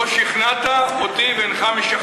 לא שכנעת אותי ואינך משכנע.